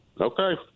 Okay